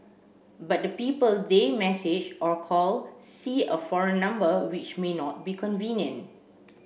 but the people they message or call see a foreign number which may not be convenient